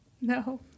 No